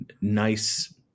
nice